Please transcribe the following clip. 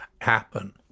happen